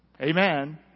Amen